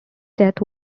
death